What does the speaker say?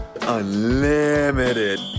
unlimited